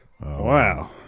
Wow